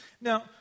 Now